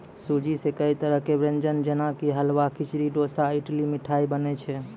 सूजी सॅ कई तरह के व्यंजन जेना कि हलवा, खिचड़ी, डोसा, इडली, मिठाई बनै छै